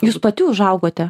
jūs pati užaugote